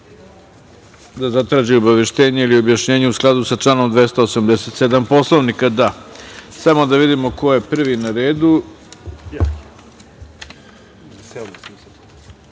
da zatraži obaveštenje ili objašnjenje u skladu sa članom 287. Poslovnika? (Da)Samo da vidimo ko je prvi na redu. Reč